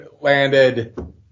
landed